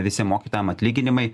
visi mokytojam atlyginimai